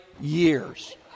years